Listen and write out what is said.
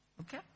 Okay